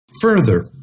further